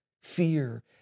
fear